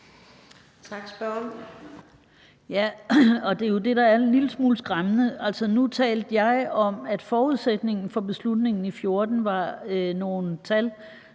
det er jo det, der er en lille smule skræmmende. Nu talte jeg om, at forudsætningen for beslutningen i 2014 var nogle tal,